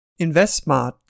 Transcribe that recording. InvestSmart